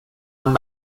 han